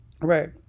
Right